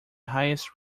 highest